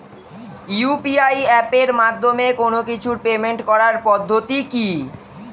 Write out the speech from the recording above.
UPI এপের মাধ্যমে কোন কিছুর পেমেন্ট করার পদ্ধতি কি?